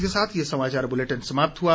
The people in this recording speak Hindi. इसी के साथ ये समाचार बुलेटिन समाप्त हुआ